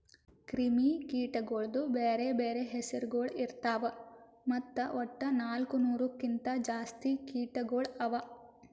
ಕ್ರಿಮಿ ಕೀಟಗೊಳ್ದು ಬ್ಯಾರೆ ಬ್ಯಾರೆ ಹೆಸುರಗೊಳ್ ಇರ್ತಾವ್ ಮತ್ತ ವಟ್ಟ ನಾಲ್ಕು ನೂರು ಕಿಂತ್ ಜಾಸ್ತಿ ಕೀಟಗೊಳ್ ಅವಾ